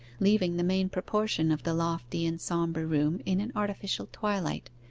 leaving the main proportion of the lofty and sombre room in an artificial twilight,